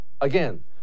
Again